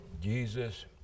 Jesus